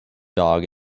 dog